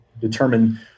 determine